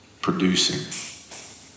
producing